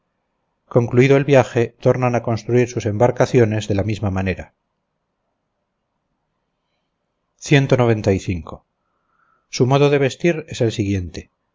concluido el viaje tornan a construir sus embarcaciones de la misma manera su modo de vestir es el siguiente